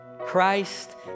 Christ